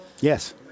Yes